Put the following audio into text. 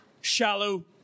shallow